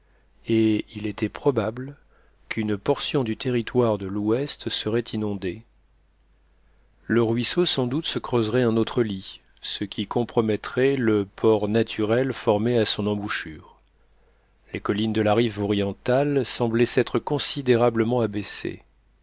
et il était probable qu'une portion du territoire de l'ouest serait inondée le ruisseau sans doute se creuserait un autre lit ce qui compromettrait le port naturel formé à son embouchure les collines de la rive orientale semblaient s'être considérablement abaissées